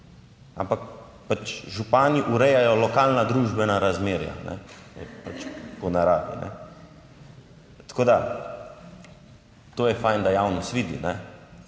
Ampak župani urejajo lokalna družbena razmerja, to je pač po naravi. Tako da to je fajn, da javnost